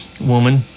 woman